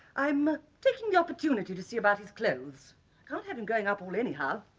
i'm taking the opportunity to see about his clothes can't have him going up all anyhow.